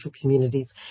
communities